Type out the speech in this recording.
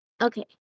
Okay